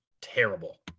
terrible